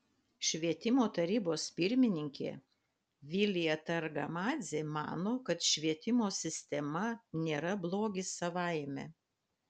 švietimo tarybos pirmininkė vilija targamadzė mano kad švietimo sistema nėra blogis savaime